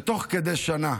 ותוך כדי שנה